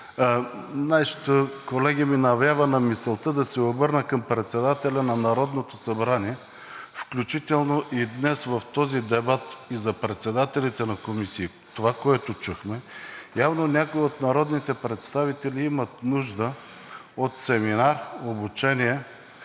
нещо, колеги, ми навява на мисълта да се обърна към председателя на Народното събрание, включително и днес в този дебат и за председателите на комисиите, това, което чухме, явно някои от народните представители имат нужда от семинар, обучение